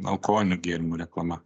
alkoholinių gėrimų reklama